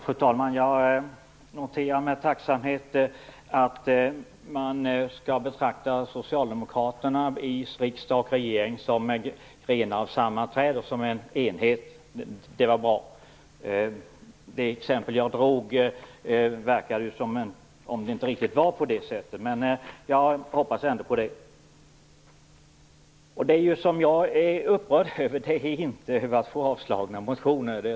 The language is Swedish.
Fru talman! Jag noterar med tacksamhet att man skall betrakta socialdemokraterna i riksdagen och socialdemokraterna i regeringen som grenar av samma träd, som en enhet. Det var bra. I det exempel som jag tog upp verkade det som om det inte riktigt var på det sättet. Men jag hoppas att det är så. Jag är inte upprörd över att få mina motioner avslagna.